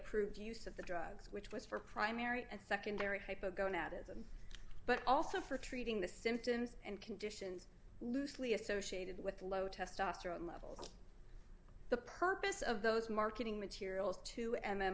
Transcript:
approved use of the drugs which was for primary and secondary hypogonadism but also for treating the symptoms and conditions loosely associated with low testosterone levels the purpose of those marketing materials to and i